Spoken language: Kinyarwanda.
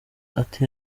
ati